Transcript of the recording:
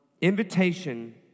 Invitation